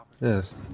Yes